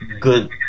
good